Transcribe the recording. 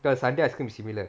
the sundae ice cream is similar